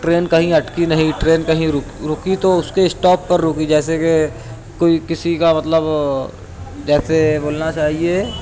train کہیں اٹکی نہیں ٹرین کہیں رکی تو اس کے اسٹاپ پر رکی جیسے کہ کوئی کسی کا مطلب جیسے بولنا چاہیے